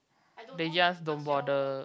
they just don't bother